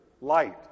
Light